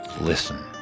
listen